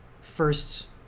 first